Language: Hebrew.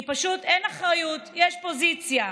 כי פשוט אין אחריות, יש פוזיציה.